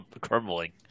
crumbling